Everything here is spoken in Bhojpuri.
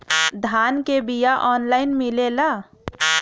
धान के बिया ऑनलाइन मिलेला?